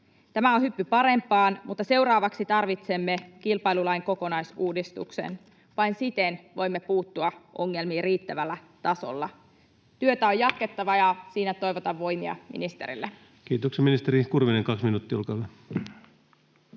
Tämä on hyppy parempaan, mutta seuraavaksi tarvitsemme kilpailulain kokonaisuudistuksen, vain siten voimme puuttua ongelmiin riittävällä tasolla. Työtä on jatkettava, ja siinä toivotan voimia ministerille. Kiitoksia. — Ministeri Kurvinen, kaksi minuuttia, olkaa